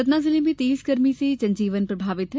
सतना जिले में तेज गर्मी से जनजीवन प्रभावित है